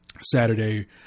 Saturday